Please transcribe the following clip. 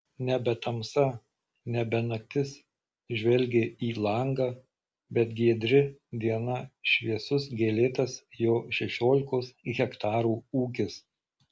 nebe tamsa nebe naktis žvelgė į langą bet giedri diena šviesus gėlėtas jo šešiolikos hektarų ūkis